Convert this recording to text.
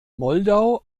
moldau